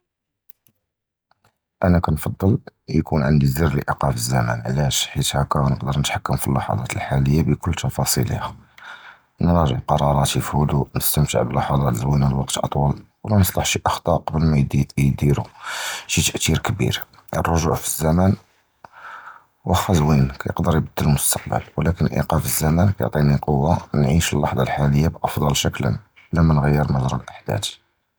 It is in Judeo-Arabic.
אָנָא קִנְפַצֵל יִקּוּן עַנְדִי זַר לְאִיקּוּף הַזְזְמַן, עַלַאש? חִית הַכֵּה קִנְדַּר נִתְחַכַּם פִי הַלַּחַצַאת הַחַאלִיָּה בְּכֻּל תַּפְסִילְהוּם, נִרַאג'ְע קַרָארַאת יִפִידוּ, נִסְתַמְתַע בַּלַּחַצַאת זְווִינִין לְווַקְת אַטְוַّل וְלָא נִצְלַח שִי אֻחְטָאוֹת קְבַל מַא יִדִירוּ שִי תַּאְתִיר כְּבִיר, הַרְגּוּעַ בַּזְזְמַן וְלָקִין זְווִין קִיְדַר יִבְדֵּל הַמֻּסְתַקְבַּל, וְלָקִין אִיקּוּף הַזְזְמַן קִיְעַטִי קֻוַה נִעִיש הַלַּחַצָה הַחַאלִיָּה בְּאַפְדַּל שְכּוּל בְּלָא מַא נִגְיֶיר הַנְּדְּרַה הָאַח.